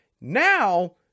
Now